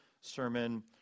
sermon